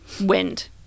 wind